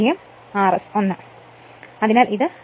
അതിനാൽ ഇതിന് V 18